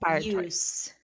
use